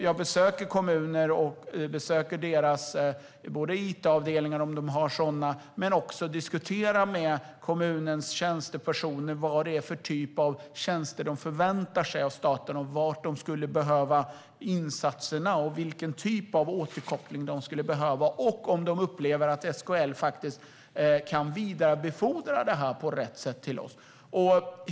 Jag besöker kommuner och deras it-avdelningar, om de har sådana, och diskuterar med kommunernas tjänstepersoner vilken typ av tjänster de förväntar sig av staten, var de behöver insatser, vilken typ av återkoppling de behöver och om de upplever att SKL kan vidarebefordra detta på rätt sätt till oss.